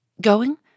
Going